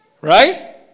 right